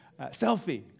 Selfie